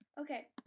okay